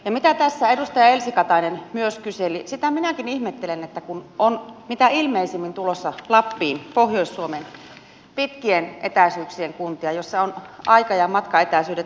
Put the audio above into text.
ja mitä tässä edustaja elsi katainen myös kyseli sitä minäkin ihmettelen että kun on mitä ilmeisimmin tulossa lappiin pohjois suomeen pitkien etäisyyksien kuntia joissa ovat aika ja matkaetäisyydet todella pitkät